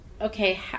okay